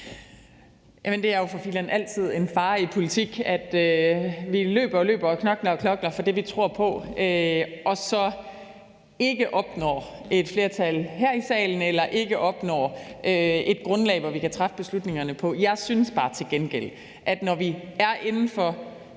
Det er jo for filan altid en fare i politik, at vi løber og løber og knokler og knokler for det, vi tror på, og så ikke opnår et flertal her i salen eller ikke opnår et grundlag, som vi kan træffe beslutningerne på. Jeg synes bare til gengæld, når vi er inden for